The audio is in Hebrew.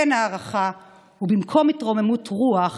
אין הערכה, ובמקום התרוממות רוח